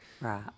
Right